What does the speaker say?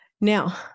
Now